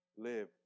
Live